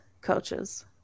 coaches